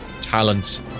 talent